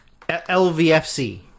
LVFC